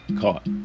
caught